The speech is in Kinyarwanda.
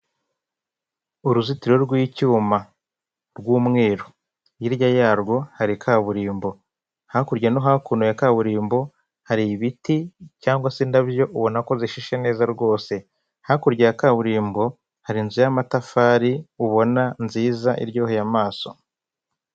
Uruzitiro rw'icyuma rw'umweru hirya yarwo hari kaburimbo hakurya no hakuno ya kaburimbo hari ibiti cyangwa se indabyo ubona ko zishishe neza rwose, hakurya ya kaburimbo hari inzu y'amatafari ubona nziza iryoheye amaso.